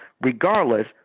regardless